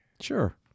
Sure